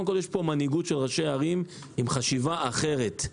יש פה מנהיגות של ראשי ערים עם חשיבה אחרת.